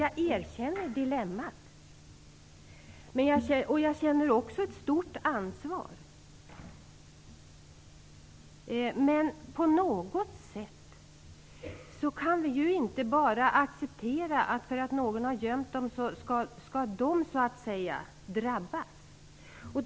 Jag erkänner dilemmat, och jag känner också ett stort ansvar. Men vi kan inte acceptera att de skall drabbas bara därför att de blivit gömda av någon.